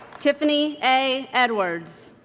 tiffany a. edwards